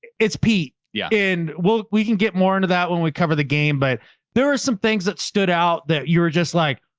it's pete. adam yeah. and we'll, we can get more into that when we cover the game, but there are some things that stood out that you were just like,